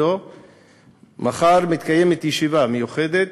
מחר מתקיימת ישיבה מיוחדת